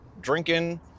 drinking